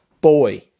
Boy